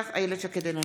קטי קטרין שטרית,